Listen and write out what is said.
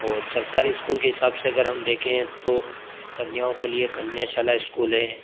और सरकारी इस्कूल के हिसाब से अगर हम देखें तो कन्याओं के लिए कन्याशाला इस्कूल है